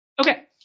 Okay